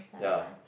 ya